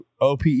OPE